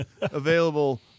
available